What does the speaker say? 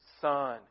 Son